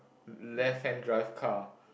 left hand drive car